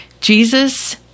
Jesus